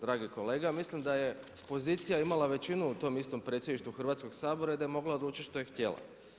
Dragi kolega, mislim da je pozicija imala većinu u tom istom Predsjedništvu Hrvatskog sabora i da je mogla odlučiti što je htjela.